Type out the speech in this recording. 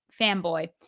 Fanboy